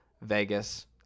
Vegas